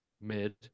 mid-